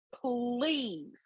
please